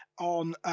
on –